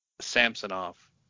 Samsonov